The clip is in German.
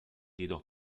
jedoch